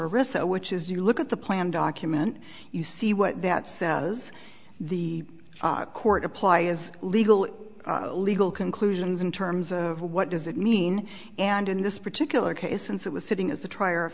reso which is you look at the plan document you see what that says the court apply is legal legal conclusions in terms of what does it mean and in this particular case since it was sitting as